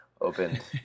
opened